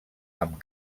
amb